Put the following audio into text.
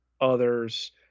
others